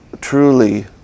truly